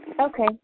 Okay